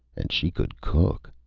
and she could cook.